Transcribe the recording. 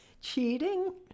cheating